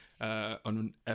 on